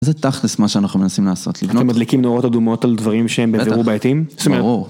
זה תכלס מה שאנחנו מנסים לעשות, לבנות... אתם מדליקים נורות אדומות על דברים שהם בבירור בעייתיים? בטח, ברור.